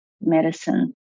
medicine